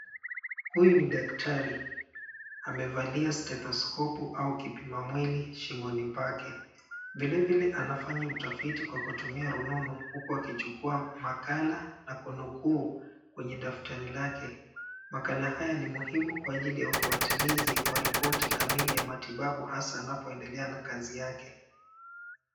Huyu ni daktari amevalia stetoskopu au kipima mwili shingoni pake. Vile vile anafanya utafiti kwa kutumia rununu huku akichukua makala na kunukuu kwenye daftari lake. Makala haya ni muhimu kwa ajili ya ufuatilizi wa ripoti kamili ya matibabu hasa anapoendelea na kazi yake.